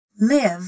live